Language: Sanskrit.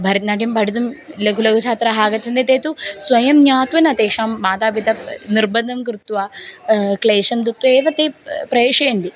भरत्नाट्यं पठितुं लघुलघुछात्राः आगच्छन्ति ते तु स्वयं ज्ञात्वा न तेषां मातापिता निर्बन्धं कृत्वा क्लेशं दत्वा एव ते प्रेषयन्ति